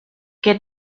que